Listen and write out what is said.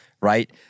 right